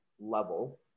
level